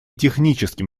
техническим